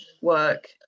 work